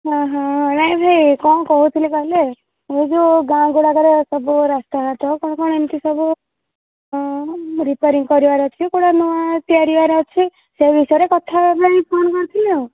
ହଁ ହଁ ନାଇ ଭାଇ କ'ଣ କହୁଥିଲି କହିଲେ ଏଇ ଯୋଉ ଗାଁ ଗୁଡ଼ାକରେ ସବୁ ରାସ୍ତାଘାଟ କ'ଣ କ'ଣ ଏମିତି ସବୁ ରିପାଏରିଙ୍ଗ୍ କରିବାର ଅଛି କୋଉଟା ନୂଆ ତିଆରିବାର ଅଛି ସେ ବିଷୟରେ କଥା ହେବାପାଇଁ କଲ୍ କରିଥିଲି ଆଉ